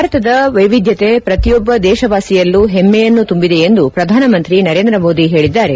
ಭಾರತದ ವೈವಿಧ್ಯತೆ ಪ್ರತಿಯೊಬ್ಬ ದೇಶವಾಸಿಯಲ್ಲೂ ಹೆಮ್ಮೆಯನ್ನು ತುಂಬಿದೆ ಎಂದು ಪ್ರಧಾನಮಂತಿ ನರೇಂದ ಮೋದಿ ಹೇಳಿದ್ದಾರೆ